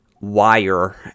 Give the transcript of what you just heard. wire